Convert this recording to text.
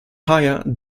hire